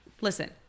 Listen